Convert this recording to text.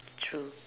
true